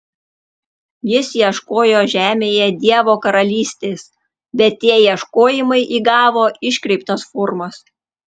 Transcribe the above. jis ieškojo žemėje dievo karalystės bet tie ieškojimai įgavo iškreiptas formas